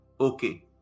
okay